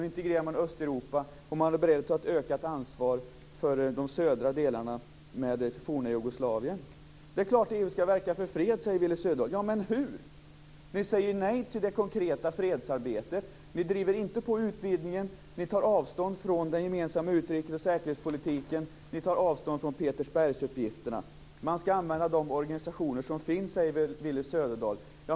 Nu integrerar man Östeuropa, och man är beredd att ta ett ökat ansvar för de södra delarna i det forna Jugoslavien. Det är klart att EU skall verka för fred, säger Willy Söderdahl. Ja, men hur? Ni säger nej till det konkreta fredsarbetet. Ni driver inte på utvidgningen. Ni tar avstånd från den gemensamma utrikes och säkerhetspolitiken. Ni tar avstånd från Petersbergsuppgifterna. Man skall använda de organisationer som finns, säger Willy Söderdahl.